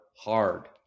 hard